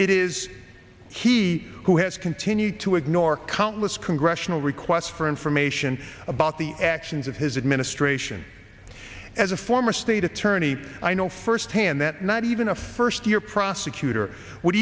it is he who has continued to ignore countless congressional requests for information about the actions of his administration as a former state attorney i know firsthand that not even a first year prosecutor would